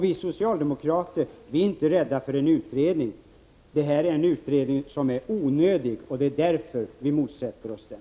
Vi socialdemokrater är inte rädda för en utredning, men det här är en utredning som skulle vara onödig. Det är därför vi motsätter oss den.